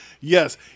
Yes